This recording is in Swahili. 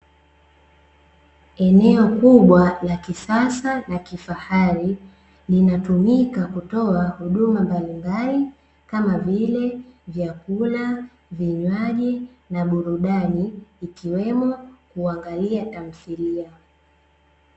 Eneo kubwa la kisasa na kifahari linatumika kutoa huduma mbalimbali kama vile vyakula, vinywaji, na burudani ikiwemo kuangalia tamthilia.